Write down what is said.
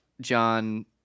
John